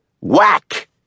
Whack